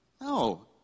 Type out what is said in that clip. No